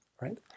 right